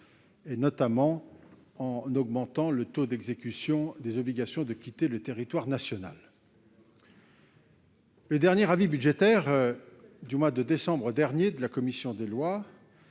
notamment en augmentant le taux d'exécution des obligations de quitter le territoire national. Le dernier avis budgétaire de la commission des lois